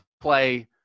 play